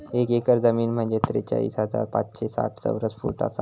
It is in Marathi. एक एकर जमीन म्हंजे त्रेचाळीस हजार पाचशे साठ चौरस फूट आसा